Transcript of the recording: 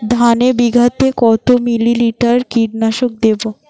ধানে বিঘাতে কত মিলি লিটার কীটনাশক দেবো?